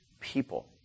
People